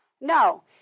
No